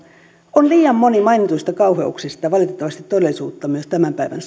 on liian moni mainituista kauheuksista valitettavasti todellisuutta myös tämän päivän